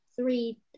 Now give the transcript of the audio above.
three